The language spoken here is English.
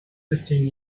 fifteen